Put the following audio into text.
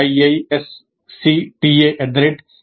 iisctagmail